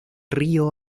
río